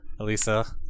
Alisa